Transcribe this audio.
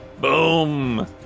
Boom